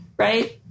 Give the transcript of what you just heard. Right